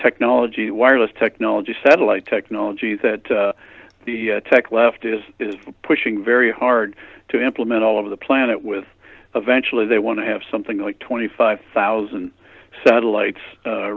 technology wireless technology satellite technology that the tech left is pushing very hard to implement all over the planet with eventually they want to have something like twenty five thousand satellites